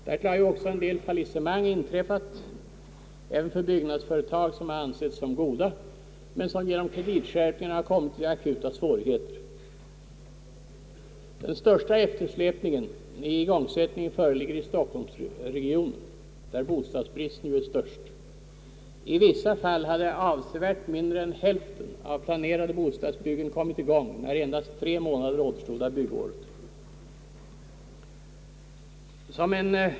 Härtill kommer att en hel rad fallissemang har inträf fat även för byggnadsföretag som ansetts ha en god ställning men som på grund av kreditskärpningarna har kommit i akuta ekonomiska svårigheter, Den största eftersläpningen när det gäller igångsättningen föreligger i stockholmsregionen, där <bostadsbristen är störst. I vissa fall hade avsevärt mindre än hälften av planerade bostadsbyggen kommit i gång när endast tre månader återstod av byggåret.